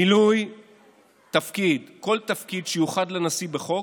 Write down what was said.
מילוי תפקיד, כל תפקיד שיוחד לנשיא בחוק,